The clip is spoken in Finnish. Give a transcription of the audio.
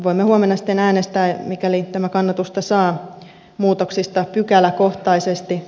voimme huomenna sitten äänestää mikäli tämä kannatusta saa muutoksista pykäläkohtaisesti